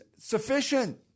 sufficient